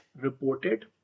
reported